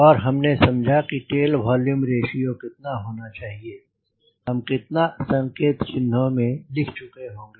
और हमने समझा कि टेल वोल्यूम रेश्यो कितना होना चाहिए हम कितना संकेत चिह्नों में लिख चुके होंगे